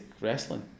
wrestling